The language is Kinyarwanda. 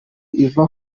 iva